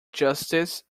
justice